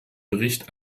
bericht